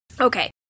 Okay